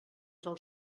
del